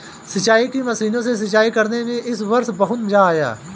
सिंचाई की मशीनों से सिंचाई करने में इस वर्ष बहुत मजा आया